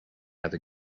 other